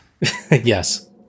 Yes